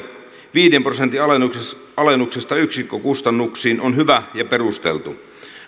viiden prosentin alennuksesta alennuksesta yksikkötyökustannuksiin on hyvä ja perusteltu